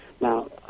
Now